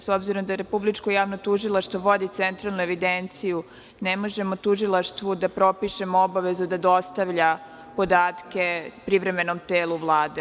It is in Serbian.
S obzirom da Republičko javno tužilaštvo vodi centralnu evidenciju, ne možemo tužilaštvu da propišemo obavezu da dostavlja podatke privremenom telu Vlade.